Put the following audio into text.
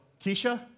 Keisha